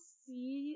see